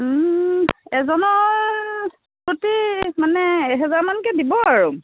এজনৰ প্ৰতি মানে এহেজাৰমানকৈ দিব আৰু